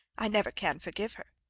i never can forgive her.